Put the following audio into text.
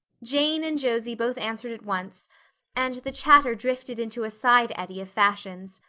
jane and josie both answered at once and the chatter drifted into a side eddy of fashions.